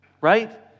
right